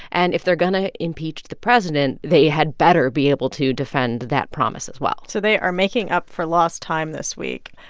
and if they're going to impeach the president, they had better be able to defend that promise as well so they are making up for lost time this week.